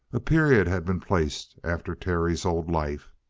a period had been placed after terry's old life.